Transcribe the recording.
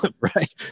Right